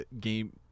game